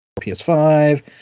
PS5